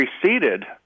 preceded